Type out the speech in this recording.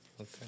Okay